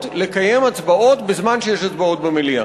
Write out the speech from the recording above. לקיים הצבעות בזמן שיש הצבעות במליאה.